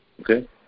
Okay